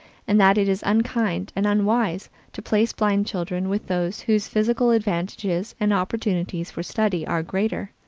and that it is unkind and unwise to place blind children with those whose physical advantages and opportunities for study are greater.